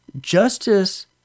Justice